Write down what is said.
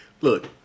Look